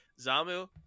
zamu